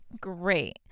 Great